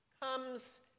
comes